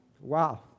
Wow